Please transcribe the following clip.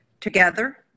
together